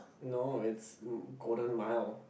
no it's Golden Mile